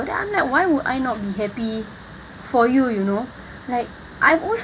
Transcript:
and then I'm like why would I not be happy for you you know like I've always